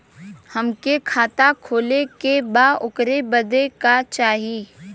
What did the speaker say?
हमके खाता खोले के बा ओकरे बादे का चाही?